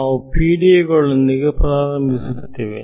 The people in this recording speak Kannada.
ನಾವು PDE ಗಳೊಂದಿಗೆ ಪ್ರಾರಂಭಿಸುತ್ತೇವೆ